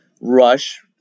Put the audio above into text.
rush